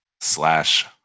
slash